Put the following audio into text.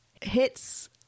hits